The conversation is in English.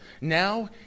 Now